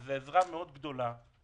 שזה עזרה גדולה מאוד,